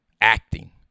acting